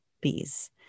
bees